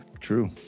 True